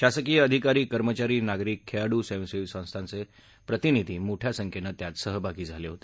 शासकीय अधिकारी कर्मचारी नागरिक खेळाडू स्वयंसेवी संस्था संघटनांचे प्रतिनिधी मोठ्या सख्येनं त्यात सहभागी झाले होते